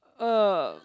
uh